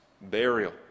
burial